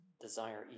desire